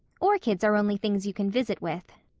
orchids are only things you can visit with.